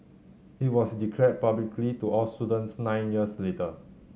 it was declared publicly to all students nine years later